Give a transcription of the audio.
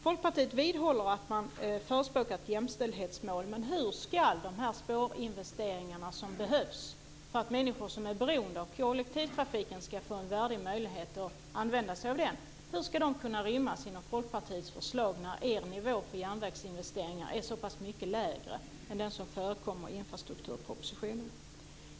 Folkpartiet vidhåller att man förespråkar ett jämställdhetsmål. Men hur ska de här spårinvesteringarna, som behövs för att människor som är beroende av kollektivtrafiken ska få en värdig möjlighet att använda sig av den, kunna rymmas inom Folkpartiets förslag när er nivå för järnvägsinvesteringar är så pass mycket lägre än den i infrastrukturpropositionen?